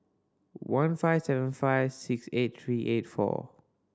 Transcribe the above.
one five seven five six eight three eight four